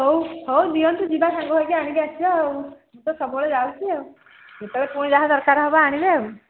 ହଉ ହଉ ଦିଅନ୍ତୁ ଯିବା ସାଙ୍ଗ ହେଇକି ଆଣିକି ଆସିବା ଆଉ ମୁଁ ତ ସବୁବେଳେଯାଉଛି ଆଉ ଯେତେବେଳେ ପୁଣି ଯାହା ଦରକାର ହବ ଆଣିବେ ଆଉ